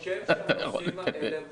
אני חושב שהנושאים האלה חשובים,